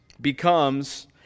becomes